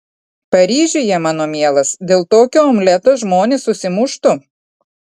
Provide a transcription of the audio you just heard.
paryžiuje mano mielas dėl tokio omleto žmonės susimuštų